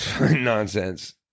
nonsense